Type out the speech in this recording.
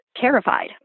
terrified